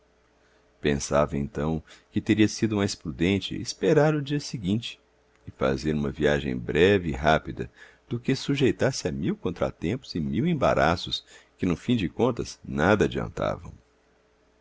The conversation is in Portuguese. pensava então que teria sido mais prudente esperar o dia seguinte e fazer uma viagem breve e rápida do que sujeitar me a mil contratempos e mil embaraços que no fim de contas nada adiantavam